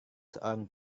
seorang